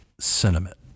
sentiment